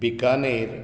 Bikaner